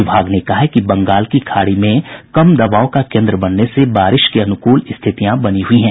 विभाग ने कहा है कि बंगाल की खाड़ी में कम दबाव का केंद्र बनने से बारिश के अनुकूल स्थितियां बनी हुई हैं